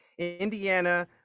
Indiana